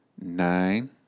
nine